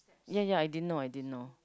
ya ya I didn't know I didn't know